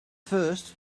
first